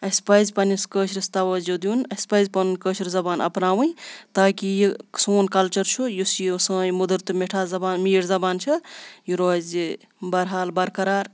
اَسہِ پَزِ پنٛنِس کٲشرِس توَجوٗ دیٚن اَسہِ پَزِ پنُن کٲشِر زبان اَپناوٕنۍ تاکہ یہِ سون کَلچَر چھُ یُس یہِ سٲنۍ مٔدٕر مِٹھاس زبان میٖٹھ زبان چھِ یہِ روزِ بَحرحال برقرار